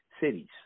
cities